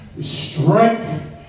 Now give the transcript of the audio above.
Strength